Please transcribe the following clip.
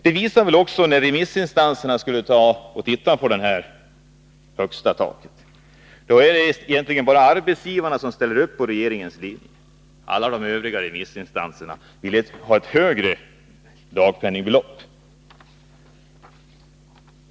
Det visade sig också när remissinstanserna skulle se på det här högsta taket, att det egentligen bara var arbetsgivarna som ställde upp på regeringens linje. Alla övriga remissinstanser ville ha ett högre dagpenningbelopp.